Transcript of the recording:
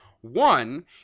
one